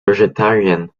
vegetarian